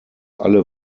alle